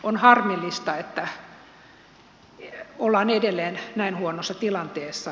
on harmillista että ollaan edelleen näin huonossa tilanteessa